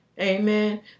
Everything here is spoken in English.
Amen